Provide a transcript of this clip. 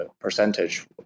percentage